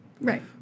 Right